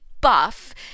buff